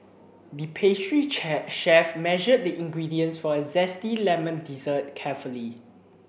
the pastry chair chef measured the ingredients for a zesty lemon dessert carefully